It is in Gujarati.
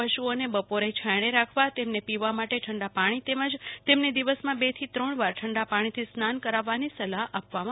પશુઓને બપોરે છાયંડે રાખવા તેમને પીવા માટે છંા પાણી તેમજ તેમને દિવસમાં બે થી ત્રણ વાર ઠંડા પાણી થી સ્નાન કરાવવાની સલાહ આપી છે